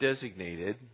designated